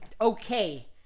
okay